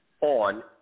on